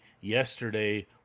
Yesterday